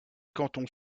cantons